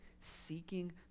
seeking